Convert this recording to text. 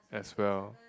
as well